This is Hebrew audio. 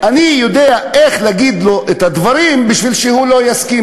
אני יודע איך להגיד לו את הדברים כדי שהוא לא יסכים.